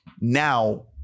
now